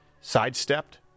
sidestepped